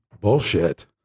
bullshit